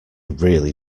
really